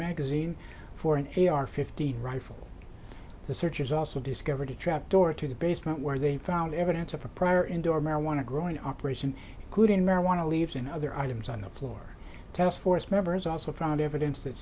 magazine for an e r fifteen rifle the searchers also discovered a trap door to the basement where they found evidence of a prior indoor marijuana growing operation good in marijuana leaves and other items on the floor task force members also found evidence that